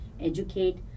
educate